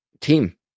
team